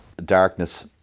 darkness